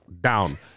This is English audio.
down